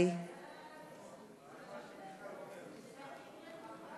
חוק לתיקון פקודת הבטיחות בעבודה (מס' 10),